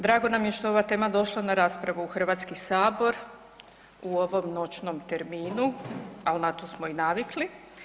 Drago nam je što je ova tema došla na raspravu u Hrvatski sabor u ovom noćnom terminu, ali na to smo i navikli.